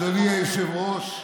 שאומר תמיד "באנו לעבוד" זה היושב-ראש,